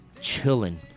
chilling